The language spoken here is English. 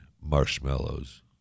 marshmallows